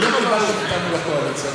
לא קיבלתם אותנו לקואליציה.